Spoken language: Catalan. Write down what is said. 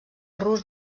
rus